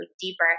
deeper